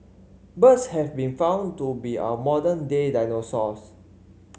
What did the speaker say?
birds have been found to be our modern day dinosaurs